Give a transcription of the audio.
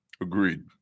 Agreed